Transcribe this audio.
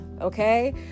okay